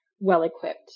well-equipped